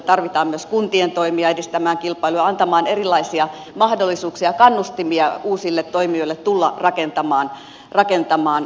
tarvitaan myös kuntien toimia edistämään kilpailua ja antamaan erilaisia mahdollisuuksia kannustimia uusille toimijoille tulla rakentamaan